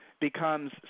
becomes